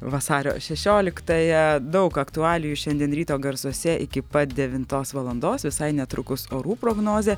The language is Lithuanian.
vasario šešioliktąją daug aktualijų šiandien ryto garsuose iki pat devintos valandos visai netrukus orų prognozė